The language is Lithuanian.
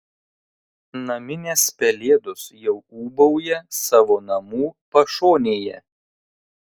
naminės pelėdos jau ūbauja savo namų pašonėje